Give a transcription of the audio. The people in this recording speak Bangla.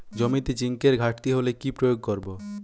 জমিতে জিঙ্কের ঘাটতি হলে কি প্রয়োগ করব?